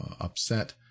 upset